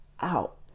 out